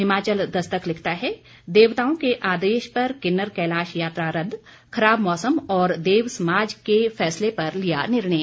हिमाचल दस्तक लिखता है देवताओं के आदेश पर किन्नर कैलाश यात्रा रद्द खराब मौसम और देव समाज के फैसले पर लिया निर्णय